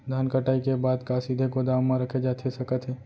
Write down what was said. धान कटाई के बाद का सीधे गोदाम मा रखे जाथे सकत हे?